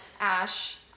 Ash